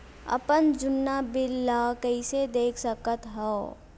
अपन जुन्ना बिल ला कइसे देख सकत हाव?